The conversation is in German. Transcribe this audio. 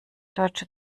deutsche